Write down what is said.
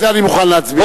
על זה אני מוכן להצביע.